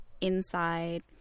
inside